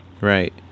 Right